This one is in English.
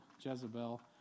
Jezebel